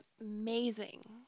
amazing